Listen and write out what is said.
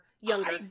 younger